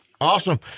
awesome